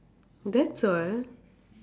that's all